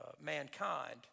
mankind